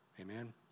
Amen